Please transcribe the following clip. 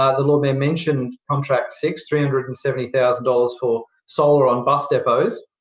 ah lord mayor mentioned contract six, three hundred and seventy thousand dollars for solar on bus depots.